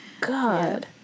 God